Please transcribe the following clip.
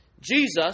Jesus